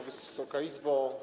Wysoka Izbo!